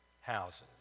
houses